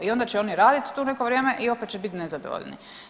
I onda će oni raditi tu neko vrijeme i opet će biti nezadovoljni.